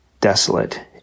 desolate